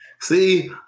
See